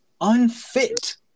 unfit